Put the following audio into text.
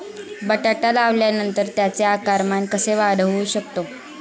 बटाटा लावल्यानंतर त्याचे आकारमान कसे वाढवू शकतो?